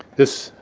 this,